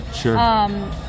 Sure